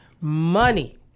money